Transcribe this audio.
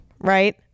right